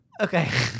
Okay